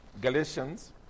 Galatians